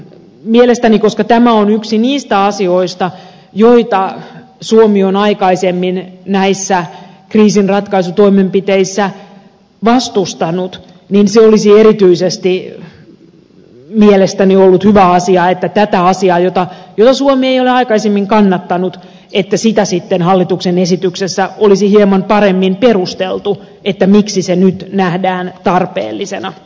mielestäni koska tämä on yksi niistä asioista joita suomi on aikaisemmin näissä kriisinratkaisutoimenpiteissä vastustanut olisi erityisesti ollut hyvä asia että tätä asiaa jota suomi ei ole aikaisemmin kannattanut sitten hallituksen esityksessä olisi hieman paremmin perusteltu miksi se nyt nähdään tarpeellisena